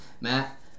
Matt